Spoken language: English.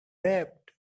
wept